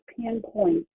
pinpoint